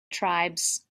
tribes